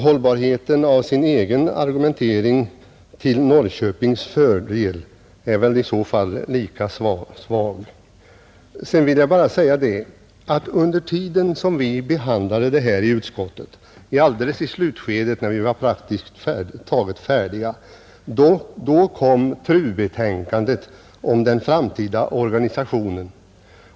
Hållbarheten av hans egen argumentering till Norrköpings fördel är väl i så fall lika svag. Sedan vill jag bara säga att under tiden som vi behandlade den här frågan i utskottet — alldeles i slutskedet när vi var praktiskt taget färdiga — kom betänkandet om TRU:s framtida organisation.